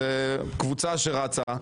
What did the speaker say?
זו קבוצה שרצה,